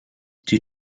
due